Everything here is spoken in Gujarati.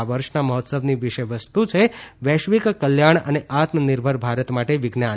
આ વર્ષના મહોત્સવની વિષયવસ્તુ છે વૈશ્વિક કલ્યાણ અને આત્મનિર્ભર ભારત માટે વિજ્ઞાન